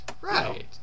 Right